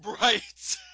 Right